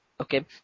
Okay